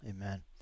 Amen